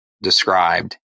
Described